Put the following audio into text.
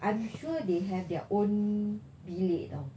I'm sure they have their own bilik [tau]